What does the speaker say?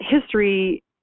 history